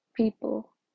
people